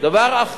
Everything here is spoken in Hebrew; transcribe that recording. אז